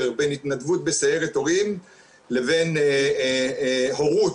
בין התנדבות בסיירת הורים לבין סגנון הורות,